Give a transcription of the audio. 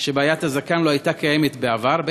שבעיית הזקן לא הייתה קיימת בעבר,